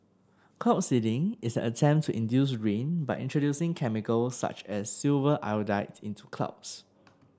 cloud seeding is an attempt to induce rain by introducing chemicals such as silver iodide into clouds